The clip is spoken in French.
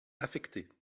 affectées